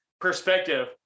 perspective